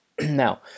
now